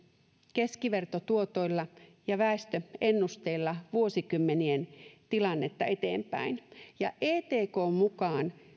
keskivertotuotoilla ja väestöennusteilla vuosikymmenien tilannetta eteenpäin ja etkn mukaan